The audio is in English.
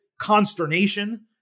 consternation